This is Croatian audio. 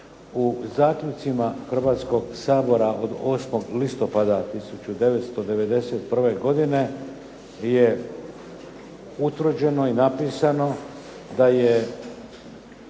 u zaključcima Hrvatskog sabora od 8. listopada 1991. godine je utvrđeno i napisano da je